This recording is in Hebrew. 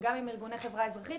גם עם ארגוני חברה אזרחית,